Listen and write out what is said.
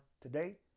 today